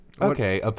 okay